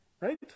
Right